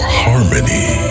harmony